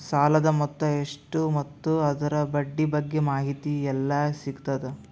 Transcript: ಸಾಲದ ಮೊತ್ತ ಎಷ್ಟ ಮತ್ತು ಅದರ ಬಡ್ಡಿ ಬಗ್ಗೆ ಮಾಹಿತಿ ಎಲ್ಲ ಸಿಗತದ?